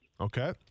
Okay